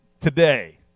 today